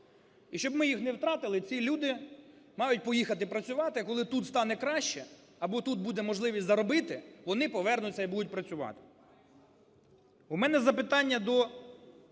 і щоб ми їх не втратили, ці люди мають поїхати працювати, а коли тут стане краще або тут буде можливість заробити, вони повернуться і будуть працювати. У мене запитання до